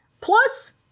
Plus